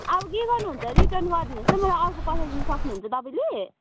अब के गर्नु हुन्छ रिटर्न गरिदिनुहोस् न मलाई अर्को पठाइदिनु सक्नुहुन्छ तपाईँले